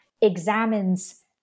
examines